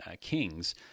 Kings